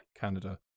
Canada